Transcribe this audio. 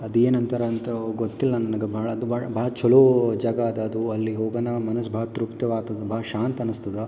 ಅದೇನು ಅಂತಾರ ಅಂತ್ರೋ ಗೊತ್ತಿಲ್ಲಾ ನನಗೆ ಭಾಳ ಅದು ಭಾಳ ಚಲೋ ಜಾಗ ಅದಾ ಅದು ಅಲ್ಲಿಗೆ ಹೋಗಣ ಮನಸ್ಸು ಭಾಳ ತೃಪ್ತವಾಗ್ತದ ಭಾಳ ಶಾಂತಿ ಅನಿಸ್ತದ